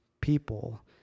people